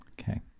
Okay